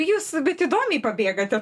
jūs bet įdomiai pabėgate